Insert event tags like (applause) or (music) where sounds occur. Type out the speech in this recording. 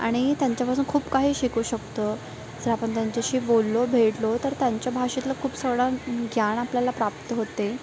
आणि त्यांच्यापासून खूप काही शिकू शकतो जर आपण त्यांच्याशी बोललो भेटलो तर त्यांच्या भाषेतलं खूप (unintelligible) ज्ञान आपल्याला प्राप्त होते